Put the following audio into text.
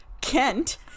Kent